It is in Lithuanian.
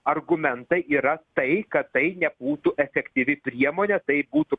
argumentai yra tai kad tai nebūtų efektyvi priemonė tai būtų